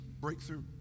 breakthrough